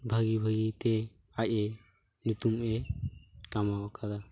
ᱵᱷᱟᱹᱜᱤ ᱵᱷᱟᱹᱜᱤ ᱛᱮ ᱟᱡ ᱧᱩᱛᱩᱢ ᱮ ᱠᱟᱢᱟᱣ ᱠᱟᱫᱟ